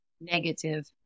negative